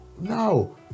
no